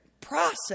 process